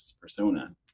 persona